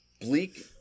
Bleak